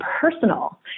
personal